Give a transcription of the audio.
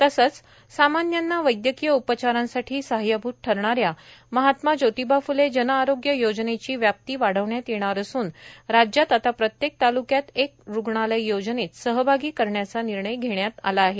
तसंच सामान्यांना वैद्यकीय उपचारांसाठी सहाय्यभूत ठरणाऱ्या महात्मा जोतिबा फ्ले जनआरोग्य योजनेची व्याप्ती वाढविण्यात येणार असून राज्यात आता प्रत्येक तालुक्यात एक रुग्णालय योजनेत सहभागी करण्याचा निर्णय घेण्यात आला आहे